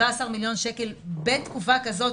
17 מיליון שקל בתקופה כזאת,